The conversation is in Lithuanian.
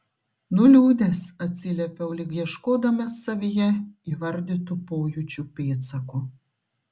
nuliūdęs atsiliepiau lyg ieškodamas savyje įvardytų pojūčių pėdsakų